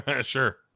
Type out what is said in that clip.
Sure